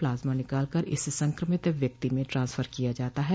plasma निकाल कर इसे संक्रमित व्यक्ति में ट्रांसफर किया जाता है